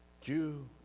Jew